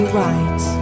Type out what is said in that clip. right